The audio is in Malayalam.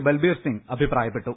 ബൽബീർ സിംഗ് അഭിപ്രായപ്പെട്ടു